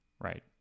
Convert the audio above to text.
right